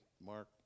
Mark